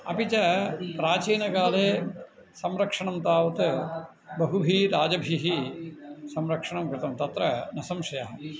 अपि च प्राचीनकाले संरक्षणं तावत् बहुभिः राजभिः संरक्षणं कृतं तत्र न संशयः